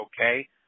okay